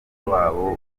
wabo